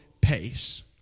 pace